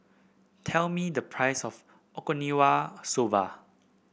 tell me the price of Okinawa Soba